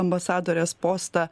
ambasadorės postą